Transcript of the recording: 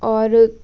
और